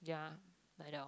yeah like that orh